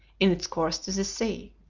in its course to the sea.